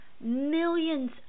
millions